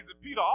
Peter